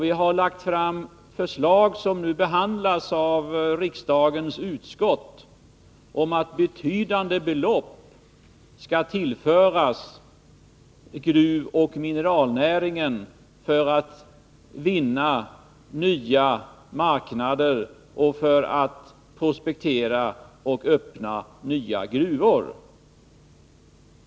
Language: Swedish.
Vi har lagt fram förslag som nu behandlas av riksdagens utskott och som går ut på att betydande belopp skall tillföras gruvoch mineralnäringen för att man skall kunna prospektera, öppna nya gruvor och vinna nya marknader.